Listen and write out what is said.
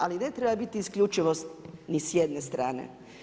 Ali ne treba biti isključivost niti s jedne strane.